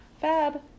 Fab